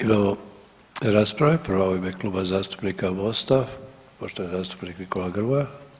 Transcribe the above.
Imamo rasprave, prava je u ime Kluba zastupnika Mosta, poštovani zastupnik Nikola Grmoja.